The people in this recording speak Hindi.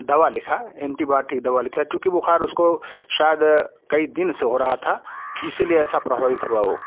दवा लिखा एंटीबाइटिक दवा लिखा चूँकि बुखार उसको शायद कई दिन से हो रहा था इसलिए ऐसा प्रभावित हुआ वो